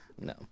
No